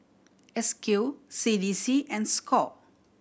S Q C D C and score